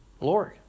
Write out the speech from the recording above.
Lord